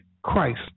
Christ